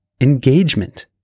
Engagement